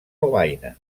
lovaina